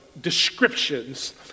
descriptions